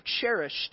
cherished